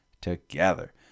together